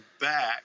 back